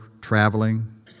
traveling